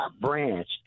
branch